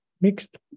mixed